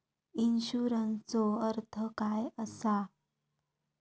इन्शुरन्सचो अर्थ काय असा?